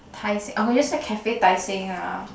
Tai-Seng or you just write cafe Tai-Seng ah